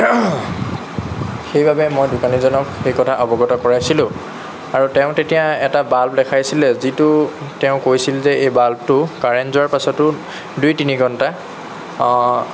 সেইবাবে মই দোকানীজনক মই সেই কথা অৱগত কৰাইছিলোঁ আৰু তেওঁ তেতিয়া এটা বাল্ব দেখাইছিলে যিটো তেওঁ কৈছিল যে এই বাল্বটো কাৰেন্ট যোৱাৰ পাছতো দুই তিনি ঘন্টা